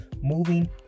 moving